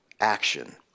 action